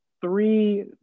three